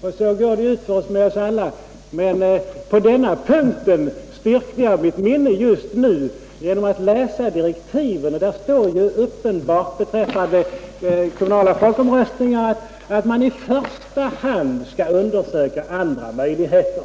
varit; så går det utför med oss alla. Men på denna punkt kontrollerade jag mitt minne just nu genom att läsa direktiven. Där står det uppenbart beträffande kommunala folkomröstningar att man ”i första hand skall undersöka andra möjligheter”.